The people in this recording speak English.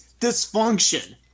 Dysfunction